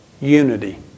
unity